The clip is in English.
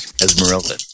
Esmeralda